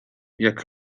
jak